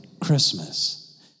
Christmas